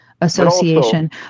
association